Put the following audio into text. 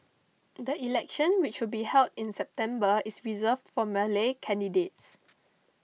the election which will be held in September is reserved for Malay candidates